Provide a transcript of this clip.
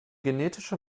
genetische